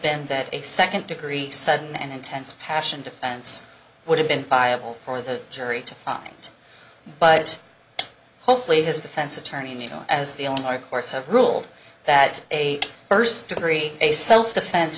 been that a second degree sudden and intense passion defense would have been buyable for the jury to find but it hopefully his defense attorney and you know as the owner of course have ruled that a first degree a self defense